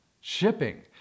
Shipping